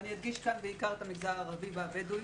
אני אדגיש כאן בעיקר את המגזר הערבי והבדואי.